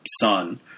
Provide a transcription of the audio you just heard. son